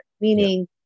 Meaning